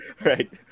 right